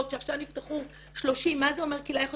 שעכשיו נפתחו 30. מה זה אומר --- קהילתי?